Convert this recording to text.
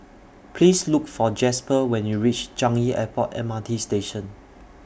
Please Look For Jasper when YOU REACH Changi Airport M R T Station